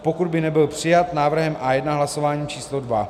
pokud by nebyl přijat návrh A1 hlasováním č. dvě